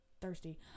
thirsty